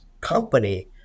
company